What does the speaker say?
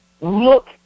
look